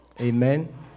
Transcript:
Amen